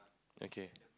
okay